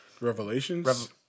revelations